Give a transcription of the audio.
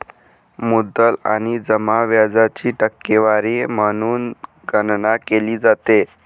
मुद्दल आणि जमा व्याजाची टक्केवारी म्हणून गणना केली जाते